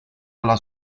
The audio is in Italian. alla